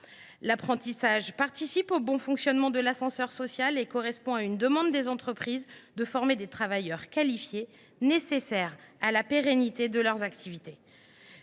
L’apprentissage participe au bon fonctionnement de l’ascenseur social et correspond à une demande des entreprises, celle de former des travailleurs qualifiés, qui sont nécessaires à la pérennité de leurs activités.